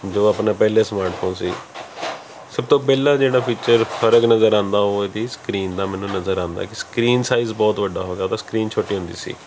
ਜੋ ਆਪਣੇ ਪਹਿਲੇ ਸਮਾਰਟ ਫੋਨ ਸੀ ਸਭ ਤੋਂ ਪਹਿਲਾਂ ਜਿਹੜਾ ਫੀਚਰ ਫਰਕ ਨਜ਼ਰ ਆਉਂਦਾ ਉਹ ਇਹਦੀ ਸਕਰੀਨ ਦਾ ਮੈਨੂੰ ਨਜ਼ਰ ਆਉਂਦਾ ਇੱਕ ਸਕਰੀਨ ਸਾਈਜ਼ ਬਹੁਤ ਵੱਡਾ ਹੋ ਗਿਆ ਉਹਦਾ ਸਕਰੀਨ ਛੋਟੀ ਹੁੰਦੀ ਸੀ